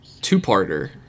two-parter